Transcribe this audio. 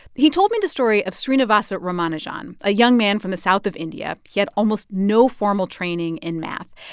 he told me the story of srinivasa ramanujan, a young man from the south of india. he had almost no formal training in math,